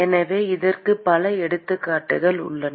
எனவே இதற்கு பல எடுத்துக்காட்டுகள் உள்ளன